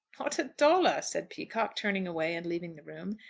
not a dollar, said peacocke, turning away and leaving the room.